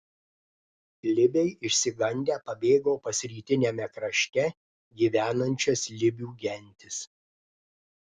libiai išsigandę pabėgo pas rytiniame krašte gyvenančias libių gentis